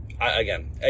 again